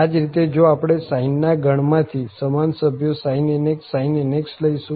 આ જ રીતે જો આપણે sine ના ગણ માં થી સમાન સભ્યો sin nx sin nx લઈશું